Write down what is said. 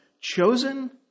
chosen